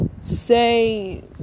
say